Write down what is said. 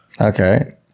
okay